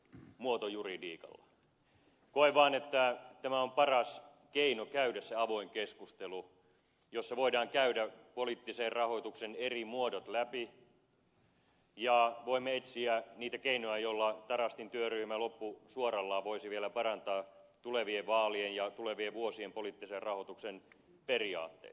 koen vaan että tämä on paras keino käydä se avoin keskustelu jossa voidaan käydä poliittisen rahoituksen eri muodot läpi ja voimme etsiä niitä keinoja joilla tarastin työryhmä loppusuorallaan voisi vielä parantaa tulevien vaalien ja tulevien vuosien poliittisen rahoituksen periaatteita